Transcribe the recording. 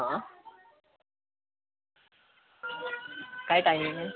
हा काय टाइमिंग आहे